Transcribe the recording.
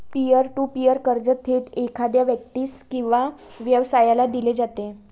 pier to peer कर्ज थेट एखाद्या व्यक्तीस किंवा व्यवसायाला दिले जाते